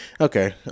Okay